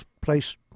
place